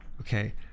okay